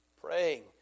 praying